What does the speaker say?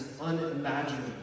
unimaginable